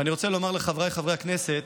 ואני רוצה לומר לחבריי חברי הכנסת